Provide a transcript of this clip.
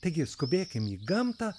taigi skubėkim į gamtą